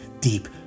deep